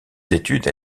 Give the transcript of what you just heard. études